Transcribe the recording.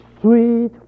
sweet